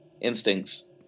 instincts